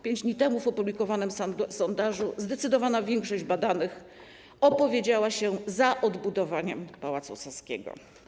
5 dni temu w opublikowanym sondażu zdecydowana większość badanych opowiedziała się za odbudowaniem Pałacu Saskiego.